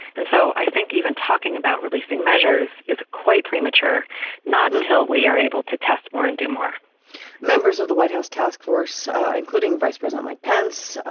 and so i think even talking about releasing measures is quite premature not until we are able to test more and do more members of the white house task force including vice president mike pence,